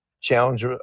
challenge